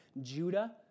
Judah